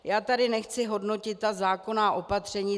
Já tady nechci hodnotit zákonná opatření.